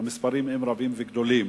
מספרים רבים וגדולים.